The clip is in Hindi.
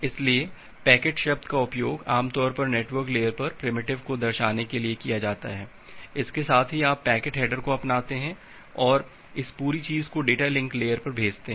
इसलिए पैकेट शब्द का उपयोग आम तौर पर नेटवर्क लेयर पर प्रिमिटिव को दर्शाने के लिए किया जाता है इसके साथ ही आप पैकेट हेडर को अपनाते हैं और इस पूरी चीज़ को डेटा लिंक लेयर पर भेजते हैं